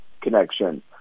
connection